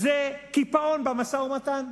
זה קיפאון במשא-ומתן.